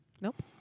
nope